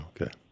okay